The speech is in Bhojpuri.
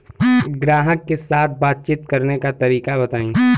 ग्राहक के साथ बातचीत करने का तरीका बताई?